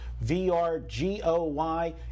V-R-G-O-Y